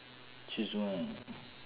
choose one